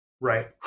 right